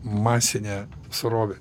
masinę srovę